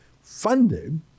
funded